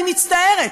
אני מצטערת.